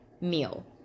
meal